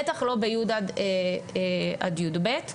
בטח לא בי' עד י"ב,